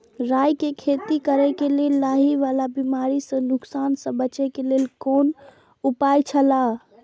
राय के खेती करे के लेल लाहि वाला बिमारी स नुकसान स बचे के लेल कोन उपाय छला?